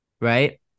right